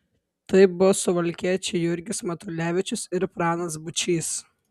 tai buvo suvalkiečiai jurgis matulevičius ir pranas būčys